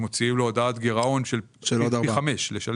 מוציאים לו הודעת גירעון של פי חמש.